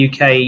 UK